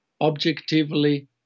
objectively